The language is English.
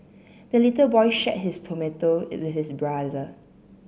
the little boy shared his tomato with his brother